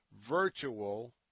virtual